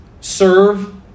Serve